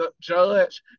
judge